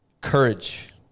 courage